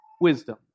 wisdom